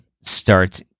start